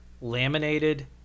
Laminated